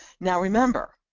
now remember,